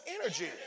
energy